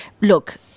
look